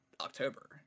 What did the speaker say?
October